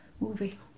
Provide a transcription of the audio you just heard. movie